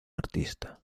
artista